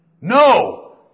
No